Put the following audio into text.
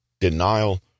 denial